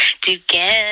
together